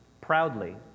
proudly